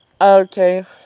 Okay